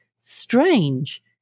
strange